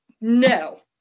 no